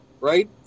right